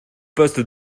poste